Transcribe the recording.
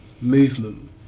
movement